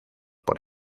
por